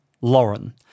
Lauren